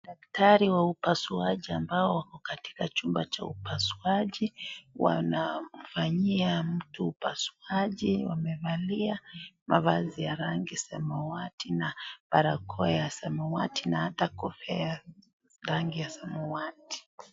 Daktari wa upasuaji ambao wako katika chumba cha upasuaji, wanafanya mtu upasuaji. Wamevaia mavazi ya rangi ya samawati na barakoa ya samawati na hata kofia ya rangi ya samawati.